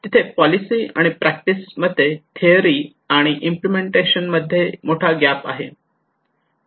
तिथे पॉलिसी आणि प्रॅक्टिस मध्ये थेरी आणि इम्पलेमेंटेशन मध्ये मोठा ग्याप आहे का